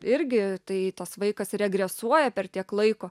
irgi tai tas vaikas regresuoja per tiek laiko